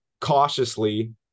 cautiously